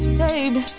baby